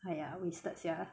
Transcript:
!aiya! wasted sia